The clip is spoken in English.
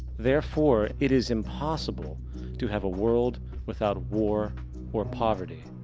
therefore, it is impossible to have a world without war or poverty.